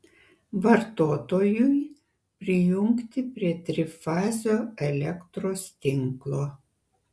vartotojui prijungti prie trifazio elektros tinklo